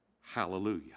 Hallelujah